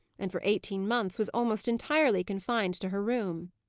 and for eighteen months was almost entirely confined to her room.